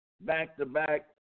back-to-back